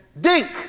dink